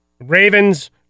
Ravens